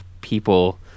people